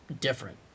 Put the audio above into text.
different